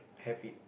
have it